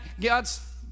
God's